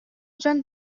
дьон